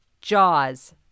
Jaws